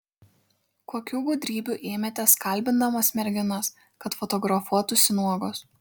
kokių gudrybių ėmėtės kalbindamas merginas kad fotografuotųsi nuogos